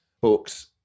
books